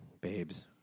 Babes